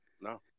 No